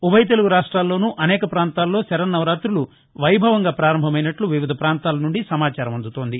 ఉభయ తెలుగు రాష్ట్రాల్లోనూ అనేక ప్రాంతాల్లో శరన్నవరాతులు వైభవంగా ప్రారంభమైనట్లు వివిధ ప్రపాంతాలనుండి సమాచారం అందుతోంది